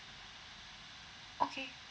okay